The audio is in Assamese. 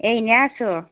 এই এনেই আছো